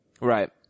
Right